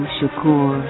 Shakur